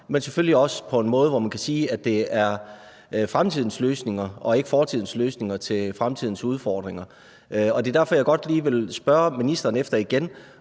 men selvfølgelig også på en måde, hvorom man kan sige, at det er fremtidens løsninger og ikke fortidens løsninger til fremtidens udfordringer. Det er derfor, jeg godt lige vil spørge ministeren igen,